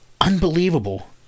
unbelievable